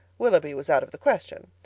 willoughby was out of the question.